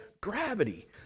gravity